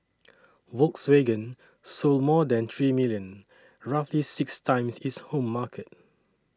Volkswagen sold more than three million roughly six times its home market